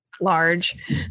large